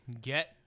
get